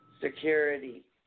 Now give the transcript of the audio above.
security